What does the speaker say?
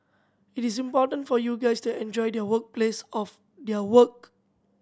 it's important for you guys to enjoy their work place of their work